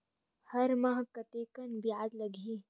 हर माह कतेकन ब्याज लगही?